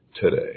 today